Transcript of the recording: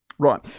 Right